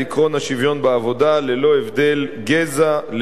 עקרון השוויון בעבודה ללא הבדל גזע,